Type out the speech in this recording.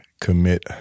commit